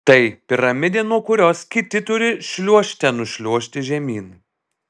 tai piramidė nuo kurios kiti turi šliuožte nušliuožti žemyn